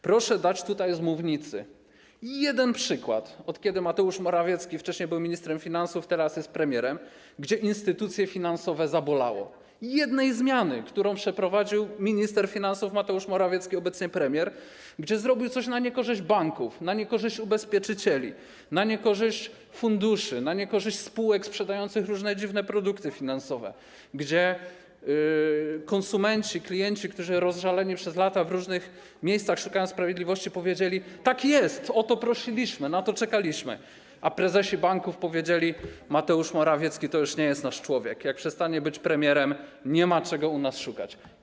Proszę dać tutaj z mównicy jeden przykład, jeśli chodzi o czas, kiedy Mateusz Morawiecki wcześniej był ministrem finansów, teraz jest premierem, gdzie instytucje finansowe zabolało - jednej zmiany, którą przeprowadził minister finansów, obecnie premier Mateusz Morawiecki, gdzie zrobił coś na niekorzyść banków, na niekorzyść ubezpieczycieli, na niekorzyść funduszy, na niekorzyść spółek sprzedających różne dziwne produkty finansowe, gdzie konsumenci, klienci, którzy, rozżaleni, przez lata w różnych miejscach szukają sprawiedliwości, powiedzieli: tak jest, o to prosiliśmy, na to czekaliśmy, a prezesi banków powiedzieli: Mateusz Morawiecki to już nie jest nasz człowiek, jak przestanie być premierem, nie ma czego u nas szukać.